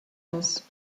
else